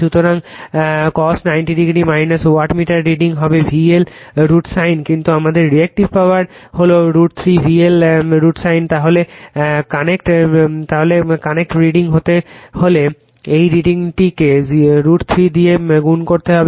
সুতরাং cos 90 o ওয়াটমিটার reading হবে VL √ sin কিন্তু আমাদের রিএক্টিভ পাওয়ার হল √ 3 VL √ sin তাহলে কানেক্ট রিডিং পেতে হলে এই রিডিংটিকে √ 3 দিয়ে গুণ করতে হবে